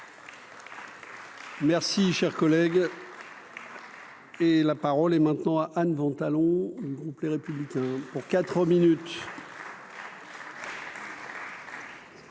Merci, cher collègue. Et la parole est maintenant à Anne vont allons groupe les républicains pour 4 minutes.